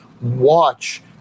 watch